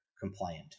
compliant